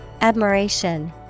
Admiration